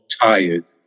Tired